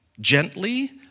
gently